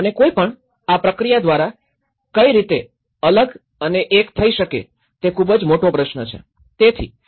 અને કોઈ પણ આ પ્રક્રિયા દ્વારા કઈ રીતે અલગ અને એક થઇ શકે તે ખુબ જ મોટો પ્રશ્ન છે